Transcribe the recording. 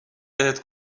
بهت